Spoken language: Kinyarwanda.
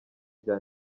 rya